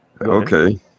Okay